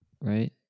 right